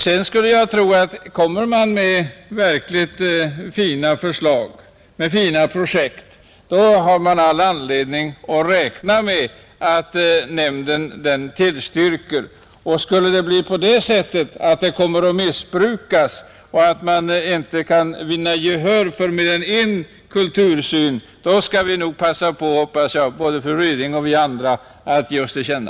Jag skulle tro att om man kommer med verkligt fina projekt har man all anledning räkna med att nämden tillstyrker. Skulle det bli på det sättet att bidraget kommer att missbrukas och att man inte kan vinna gehör för mer än en kultursyn, då skall vi passa på, hoppas jag, både fru Ryding och vi andra, att ge oss till känna.